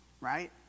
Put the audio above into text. right